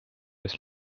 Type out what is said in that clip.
eest